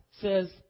says